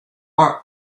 are